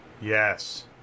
Yes